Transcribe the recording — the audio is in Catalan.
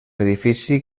edifici